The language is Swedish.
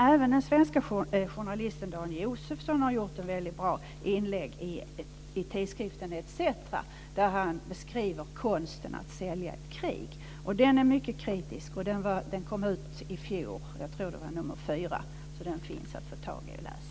Även den svenske journalisten Dan Josefsson har gjort ett väldigt bra inlägg i tidskriften ETC där han beskriver konsten att sälja ett krig. Det inlägget är mycket kritiskt. Tidskriften kom ut i fjol, jag tror det var nr 4, så den finns att få tag i och läsa.